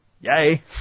yay